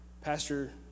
Pastor